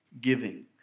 giving